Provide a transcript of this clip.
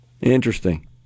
Interesting